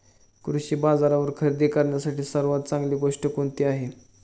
कृषी बाजारावर खरेदी करण्यासाठी सर्वात चांगली गोष्ट कोणती आहे?